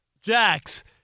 Jax